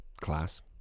class